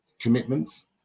commitments